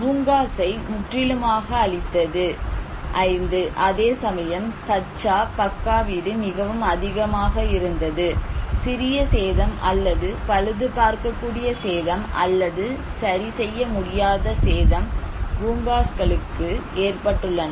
பூங்காஸை முற்றிலுமாக அழித்தது 5 அதேசமயம் கச்சா பக்கா வீடு மிகவும் அதிகமாக இருந்தது சிறிய சேதம் அல்லது பழுதுபார்க்கக்கூடிய சேதம் அல்லது சரிசெய்ய முடியாத சேதம் பூங்காக்களுக்கு ஏற்பட்டுள்ளன